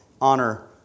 honor